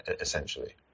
essentially